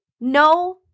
No